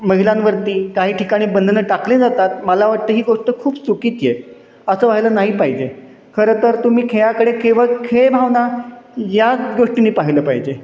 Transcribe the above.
महिलांवरती काही ठिकाणी बंधनं टाकली जातात मला वाटतं ही गोष्ट खूप चुकीची आहे असं व्हायला नाही पाहिजे खरं तर तुम्ही खेळाकडे केवळ खेळभावना याच दृष्टीने पाहिलं पाहिजे